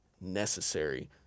necessary